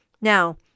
Now